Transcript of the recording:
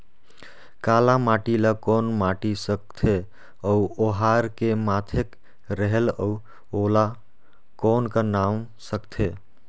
काला माटी ला कौन माटी सकथे अउ ओहार के माधेक रेहेल अउ ओला कौन का नाव सकथे?